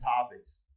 topics